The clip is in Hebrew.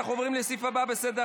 אנחנו עוברים לסעיף הבא בסדר-היום,